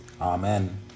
Amen